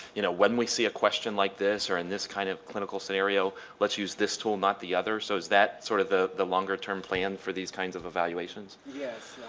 you know, when we see a question like this or in this kind of clinical scenario let's use this tool not the other so is that sort of the the longer-term plan for these kinds of evaluations? yeah